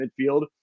midfield